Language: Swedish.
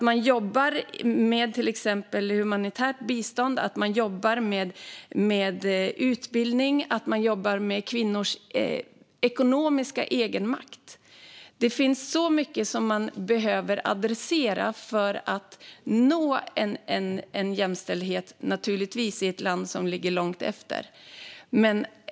Man jobbar till exempel med humanitärt bistånd, utbildning och kvinnors ekonomiska egenmakt. Det finns naturligtvis mycket som man behöver adressera för att nå jämställdhet i ett land som ligger långt efter.